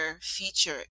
feature